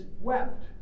wept